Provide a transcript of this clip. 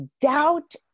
doubt